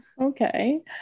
okay